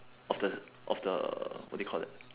of the of the what do you call that